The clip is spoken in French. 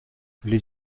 les